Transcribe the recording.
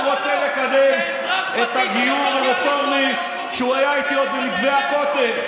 הוא רצה לקדם את הגיור הרפורמי כשהוא היה איתי עוד במתווה הכותל.